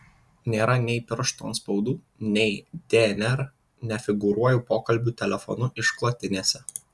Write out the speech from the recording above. nėra nei pirštų atspaudų nei dnr nefigūruoju pokalbių telefonu išklotinėse